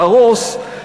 להרוס,